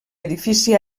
edifici